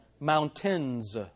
Mountains